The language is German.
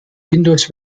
windows